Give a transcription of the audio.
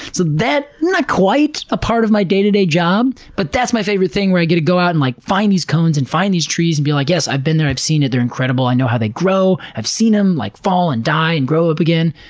so that's not quite a part of my day-to-day job, but that's my favorite thing, where i get to go out and, like, find these cones, and find these trees, and be like, yes, i've been there, i've seen it, they're incredible. i know how they grow, i've seen them like fall, and die, and grow up again.